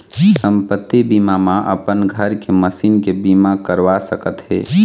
संपत्ति बीमा म अपन घर के, मसीन के बीमा करवा सकत हे